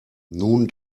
nun